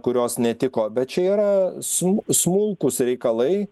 kurios netiko bet čia yra su smulkūs reikalai